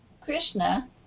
Krishna